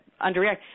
underreact